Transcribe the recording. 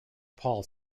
paul